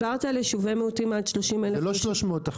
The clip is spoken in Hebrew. זה לא 300%,